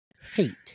hate